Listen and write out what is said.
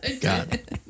God